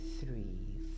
three